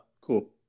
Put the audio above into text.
cool